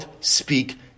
speak